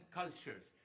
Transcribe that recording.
cultures